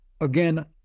again